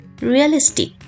realistic